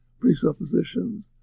presuppositions